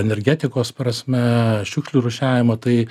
energetikos prasme šiukšlių rūšiavimo tai